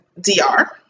DR